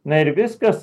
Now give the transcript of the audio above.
na ir viskas